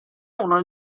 uno